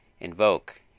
Invoke